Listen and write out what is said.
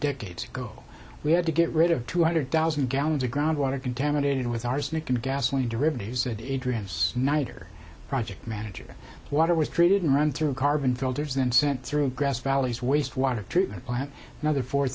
decades ago we had to get rid of two hundred thousand gallons of groundwater contaminated with arsenic and gasoline derivatives said adrian snyder project manager water was treated and run through carbon filters then sent through grass valleys waste water treatment plant another four